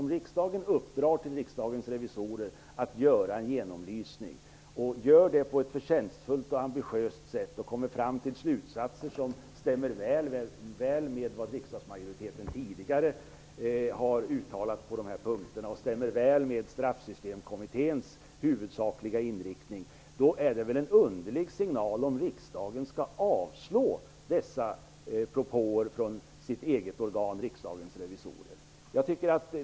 Om riksdagen uppdrar till Riksdagens revisorer att göra en genomlysning och Riksdagens revisorer gör den på ett förtjänstfullt och ambitiöst sätt och kommer till slutsatser som stämmer väl både med vad riksdagsmajoriteten tidigare har uttalat på dessa punkter och med Straffsystemkommitténs huvudsakliga inriktning, är det väl att ge en underlig signal om riksdagen avslår dessa propåer från sitt eget organ, Riksdagens revisorer.